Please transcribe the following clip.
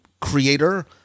creator